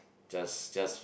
just just